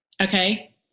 okay